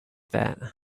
that